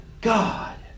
God